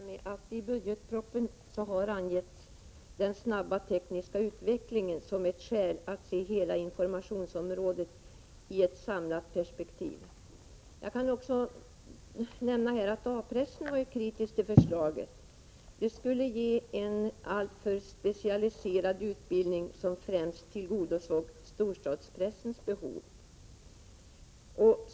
Herr talman! I budgetpropositionen har den snabba tekniska utvecklingen angetts som ett skäl för att se hela informationsområdet i ett samlat perspektiv. Jag kan nämna att A-pressen var kritisk till förslaget om försöksverksamhet med journalistutbildning. Man ansåg att det skulle ge en alltför specialiserad utbildning, som främst tillgodosåg storstadspressens behov.